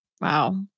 Wow